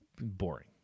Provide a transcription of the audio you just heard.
Boring